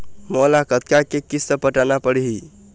मोला कतका के किस्त पटाना पड़ही?